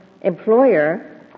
employer